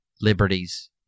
liberties